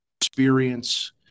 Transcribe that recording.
experience